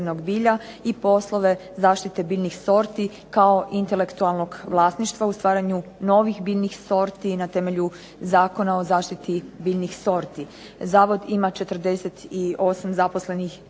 Zavod ima 48 zaposlenih i